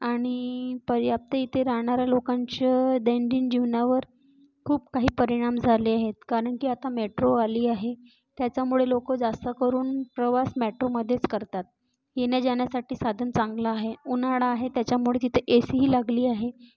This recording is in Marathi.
आणि पर्याप्त इथे राहणाऱ्या लोकांचं दैनंदिन जीवनावर खूप काही परिणाम झाले आहेत कारण की आता मेट्रो आली आहे त्याचामुळे लोक जास्तकरून प्रवास मॅट्रोमध्येच करतात येण्याजाण्यासाटी साधन चांगलं आहे उन्हाळा आहे त्याच्यामुळे तिथे ए सीही लागली आहे